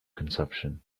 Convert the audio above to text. consumption